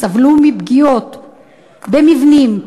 סבלו מפגיעות במבנים,